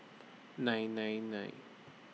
nine nine nine